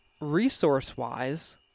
resource-wise